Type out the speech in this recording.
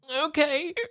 Okay